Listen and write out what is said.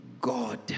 God